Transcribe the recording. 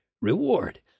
reward